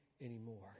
anymore